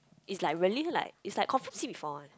it's like really like it's like confirm see before one